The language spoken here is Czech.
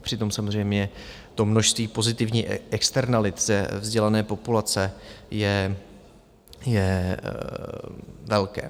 Přitom samozřejmě to množství pozitivních externalit ze vzdělané populace je velké.